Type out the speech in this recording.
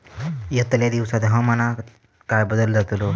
यतल्या दिवसात हवामानात काय बदल जातलो?